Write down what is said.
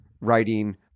writing